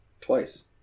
Twice